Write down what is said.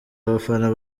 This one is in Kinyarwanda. abafana